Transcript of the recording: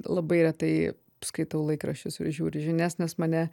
labai retai skaitau laikraščius ir žiūriu žinias nes mane